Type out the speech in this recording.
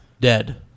Dead